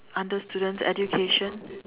under student education